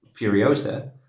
Furiosa